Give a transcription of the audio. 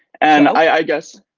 and i guess